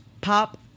Pop